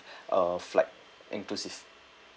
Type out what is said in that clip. uh flight inclusive